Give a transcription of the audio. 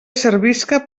servisca